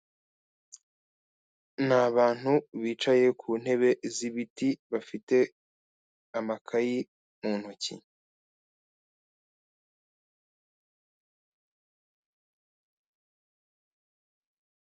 Ni abantu bicaye ku ntebe z'ibiti bafite amakayi mu ntoki.